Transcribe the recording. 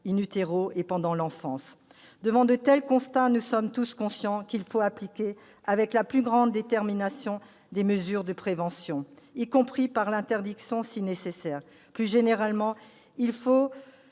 et pendant l'enfance. Devant de tels constats, nous sommes tous conscients qu'il faut appliquer avec la plus grande détermination des mesures de prévention, y compris par l'interdiction si nécessaire. Plus généralement, il nous